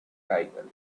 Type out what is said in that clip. tiger